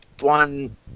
one